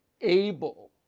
able